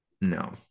no